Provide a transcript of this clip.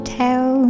tell